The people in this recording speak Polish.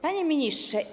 Panie Ministrze!